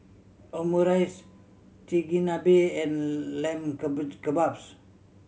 Omurice Chigenabe and Lamb Kebabs